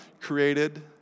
created